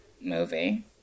movie